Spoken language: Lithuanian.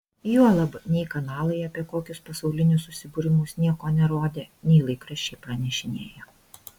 juolab nei kanalai apie kokius pasaulinius susibūrimus nieko nerodė nei laikraščiai pranešinėjo